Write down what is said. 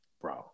Bro